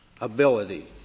ability